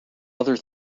other